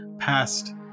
past